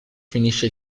finisce